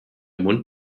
mund